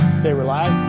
stay relaxed.